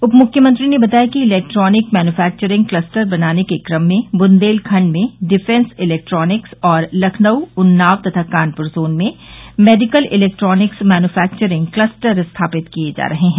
उप मुख्यमंत्री ने बताया कि इलेक्ट्रॉनिक मैन्यूफैक्चरिंग कलस्टर बनाने के ऊम में बुंदेलखंड में डिफेंस इलेक्ट्रॉनिक्स और लखनऊ उन्नाव तथा कानपुर जोन में मेडिकल इलेक्ट्रॉनिक्स मैन्यूफैक्चरिंग कलस्टर स्थापित किये जा रहे हैं